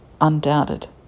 undoubted